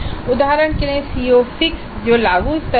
उदाहरण के लिए CO6 जो लागू स्तर पर है